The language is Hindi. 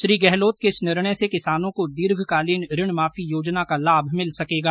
श्री गहलोत के इस निर्णय से किसानों को दीर्घकालीन ऋण माफी योजना का लाभ मिल सकेगा